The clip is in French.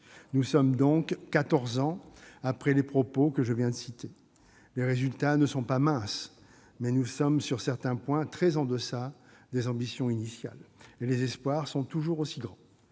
Nous sommes quatorze ans après les propos que je viens de citer. Les résultats ne sont pas minces, mais nous sommes, sur certains points, très en deçà des ambitions initiales. Et les espoirs sont toujours aussi grands